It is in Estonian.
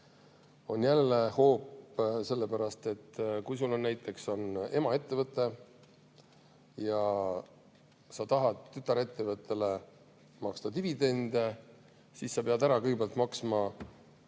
on jälle hoop, sellepärast et kui sul näiteks on emaettevõte ja sa tahad tütarettevõttele maksta dividende, siis sa pead kõigepealt maksma